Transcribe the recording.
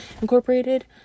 Incorporated